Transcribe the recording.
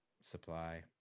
supply